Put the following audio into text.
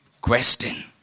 question